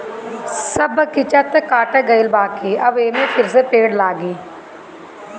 सब बगीचा तअ काटा गईल बाकि अब एमे फिरसे पेड़ लागी